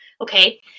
Okay